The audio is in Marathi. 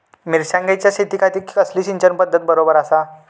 मिर्षागेंच्या शेतीखाती कसली सिंचन पध्दत बरोबर आसा?